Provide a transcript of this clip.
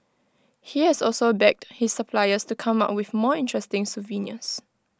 he has also begged his suppliers to come up with more interesting souvenirs